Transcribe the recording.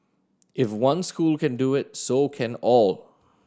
if one school can do it so can all